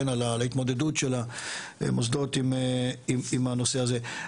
על ההתמודדות של המוסדות עם הנושא הזה,